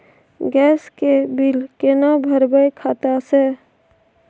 Gas के bill केना भरबै खाता से?